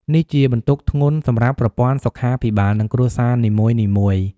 នេះជាបន្ទុកធ្ងន់សម្រាប់ប្រព័ន្ធសុខាភិបាល និងគ្រួសារនីមួយៗ។